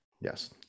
yes